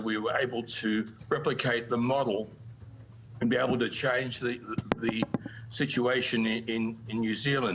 שיכפלנו את אותו המודל והצלחנו לשנות את המצב גם שם.